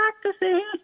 practicing